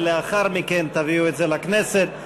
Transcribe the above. ולאחר מכן תביאו את זה לכנסת,